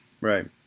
Right